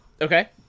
Okay